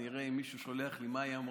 אני אראה אם מישהו שולח לי מה היא אמרה,